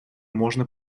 можно